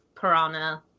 Piranha